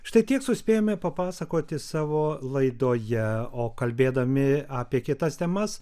štai tiek suspėjome papasakoti savo laidoje o kalbėdami apie kitas temas